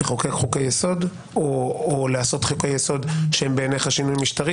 לחוקק חוקי-יסוד או לעשות חוקי-יסוד שהם בעיניך שינוי משטרי?